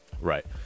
right